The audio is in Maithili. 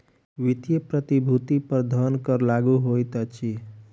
वित्तीय प्रतिभूति पर धन कर लागू होइत अछि